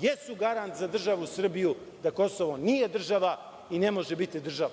jesu garant za državu Srbiju da Kosovo nije država i ne može biti država.